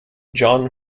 john